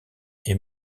est